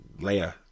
Leia